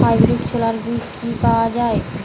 Hybrid ছোলার বীজ কি পাওয়া য়ায়?